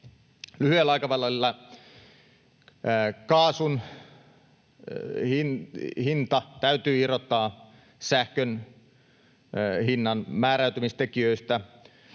Lyhyellä aikavälillä kaasun hinta täytyy irrottaa sähkön hinnan määräytymistekijöistä.